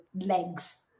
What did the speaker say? legs